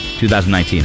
2019